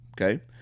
okay